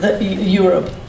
Europe